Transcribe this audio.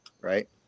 right